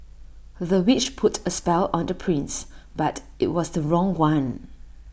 the witch put A spell on the prince but IT was the wrong one